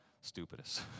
stupidest